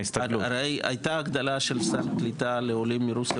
הרי הייתה הגדלה של סל קליטה לעולים מרוסיה,